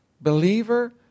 Believer